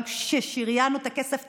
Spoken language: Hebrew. גם כששריינו את הכסף,